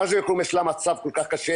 מג'ד אל כרום, יש לה מצב כל כך קשה.